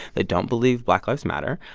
they don't believe black lives matter,